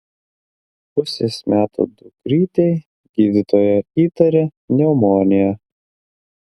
pusės metų dukrytei gydytoja įtaria pneumoniją